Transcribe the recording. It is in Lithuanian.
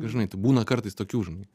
žinai tai būna kartais tokių žmonių